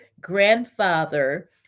grandfather